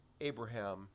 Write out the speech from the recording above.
Abraham